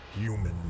human